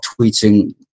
tweeting